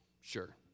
Sure